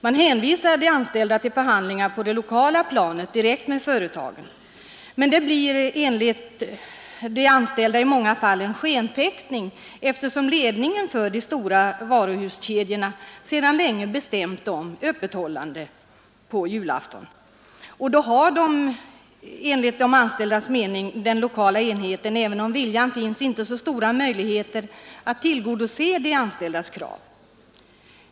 De anställda hänvisas till förhandlingar på det lokala planet direkt med företagen, men det blir enligt de anställda i många fall en skenfäktning, eftersom ledningen för de stora varuhuskedjorna sedan länge bestämt om öppethållande på julafton. Då har enligt de anställdas mening den lokala enheten, även om viljan finns, inte stora möjligheter att tillgodose de anställdas krav.